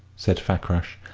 said fakrash,